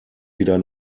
wieder